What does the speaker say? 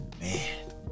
man